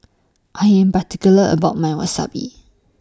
I Am particular about My Wasabi